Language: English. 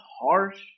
harsh